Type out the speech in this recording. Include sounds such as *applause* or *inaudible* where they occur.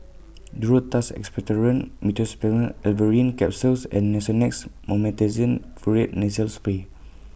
*noise* Duro Tuss Expectorant Meteospasmyl Alverine Capsules and Nasonex Mometasone Furoate Nasal Spray